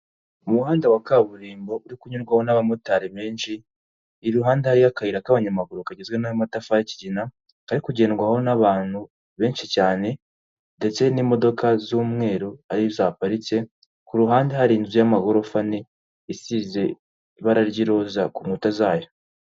Umuhanda wa kaburimbo uri kunyurwaho n'abamotari benshi, iruhande hariyo akayira k'abanyamaguru kagizwe n'amatafari y'ikigina, kari kugendwaho n'abantu benshi cyane ndetse n'imodoka z'umweru arizo zihaparitse, ku ruhande hari inzu y'amagorofa ane isize ibara ry'iroza ku nkuta zayo.